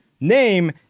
Name